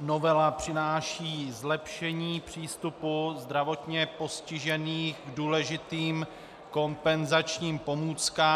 novela přináší zlepšení přístupu zdravotně postižených k důležitým kompenzačním pomůckám.